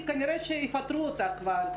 כי כנראה שיפטרו אותה כבר,